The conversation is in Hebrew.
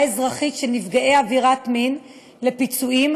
אזרחית של נפגעי עבירת מין לפיצויים,